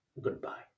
goodbye